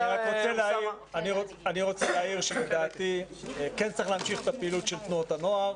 לדעתי כן צריך להמשיך את הפעילות של תנועות הנוער,